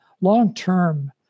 long-term